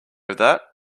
that